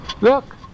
Look